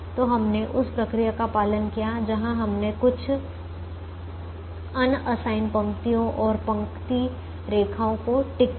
तो हमने उस प्रक्रिया का पालन किया जहां हमने कुछ अनअसाइन पंक्तियों और पंक्ति रेखाओं को टिक किया